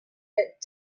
that